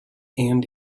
and